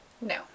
no